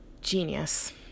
genius